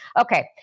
Okay